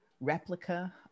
replica